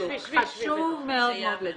חשוב מאוד מאוד.